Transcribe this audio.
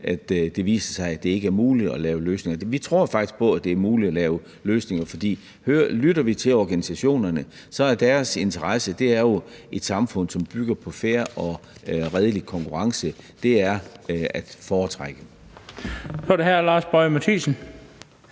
det viser sig, at det ikke er muligt at lave løsninger. Vi tror faktisk på, at det er muligt at lave løsninger, for lytter vi til organisationerne, så er deres interesse jo at have et samfund, som bygger på fair og redelig konkurrence; det er at foretrække. Kl. 18:32 Den fg. formand